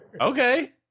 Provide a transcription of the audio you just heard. Okay